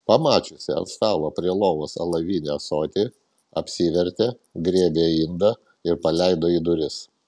pamačiusi ant stalo prie lovos alavinį ąsotį apsivertė griebė indą ir paleido į duris